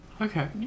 Okay